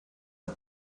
are